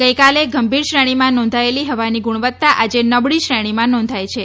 ગઇકાલે ગંભીર શ્રેણીમાં નોંધાયેલી હવાની ગુણવત્તા આજે નબળી શ્રેણીમાં નોંધાઈ છે